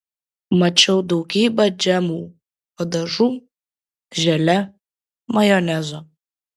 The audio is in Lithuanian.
mačiau daugybę džemų padažų želė majonezo